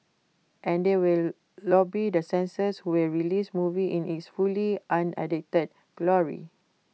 and they will lobby the censors who will release movie in its fully unedited glory